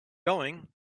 going